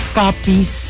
copies